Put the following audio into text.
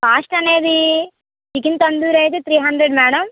cost అనేది chicken tandoori అయితే three hundred madam